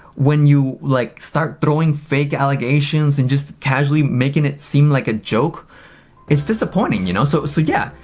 when you, like, start throwing fake allegations and just casually making it seem like a joke it's disappointing, you know? so so yeah,